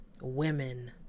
women